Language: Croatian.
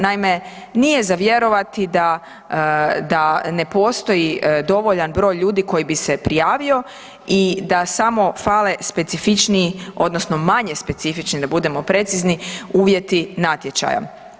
Naime, nije za vjerovati da ne postoji dovoljan broj ljudi koji bi se prijavio i da samo fale specifičniji odnosno manje specifični da budemo precizni, uvjeti natječaja.